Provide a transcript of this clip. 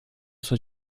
sua